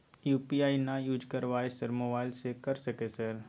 UPI ना use करवाएं sir mobile से कर सके सर?